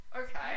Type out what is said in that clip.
Okay